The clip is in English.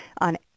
on